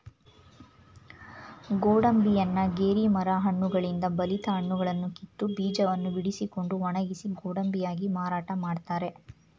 ಗೋಡಂಬಿಯನ್ನ ಗೇರಿ ಮರ ಹಣ್ಣುಗಳಿಂದ ಬಲಿತ ಹಣ್ಣುಗಳನ್ನು ಕಿತ್ತು, ಬೀಜವನ್ನು ಬಿಡಿಸಿಕೊಂಡು ಒಣಗಿಸಿ ಗೋಡಂಬಿಯಾಗಿ ಮಾರಾಟ ಮಾಡ್ತರೆ